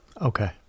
Okay